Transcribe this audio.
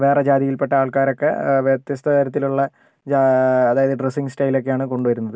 വേറെ ജാതിയിൽ പെട്ട ആൾക്കാരൊക്കെ വ്യത്യസ്ത തരത്തിലുള്ള ജാ അതായത് ഡ്രസ്സിംഗ് സ്റ്റൈലൊക്കെയാണ് കൊണ്ടുവരുന്നത്